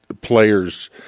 players